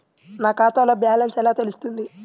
నా ఖాతాలో బ్యాలెన్స్ ఎలా తెలుస్తుంది?